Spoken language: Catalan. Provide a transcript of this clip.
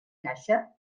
caixa